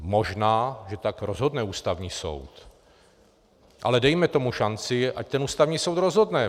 Možná že tak rozhodne Ústavní soud, ale dejme tomu šanci, ať ten Ústavní soud rozhodne.